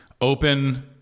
Open